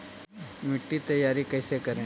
मिट्टी तैयारी कैसे करें?